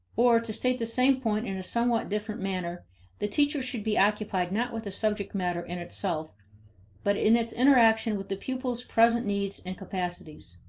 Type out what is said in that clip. or to state the same point in a somewhat different manner the teacher should be occupied not with subject matter in itself but in its interaction with the pupils' present needs and capacities.